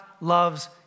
loves